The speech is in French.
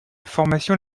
formation